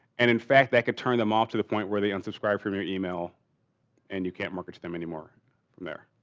and, in fact, that could turn them off to the point where they unsubscribe from your email and you can't market to them anymore from there.